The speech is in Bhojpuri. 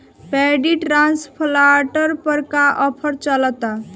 पैडी ट्रांसप्लांटर पर का आफर चलता?